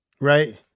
right